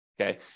Okay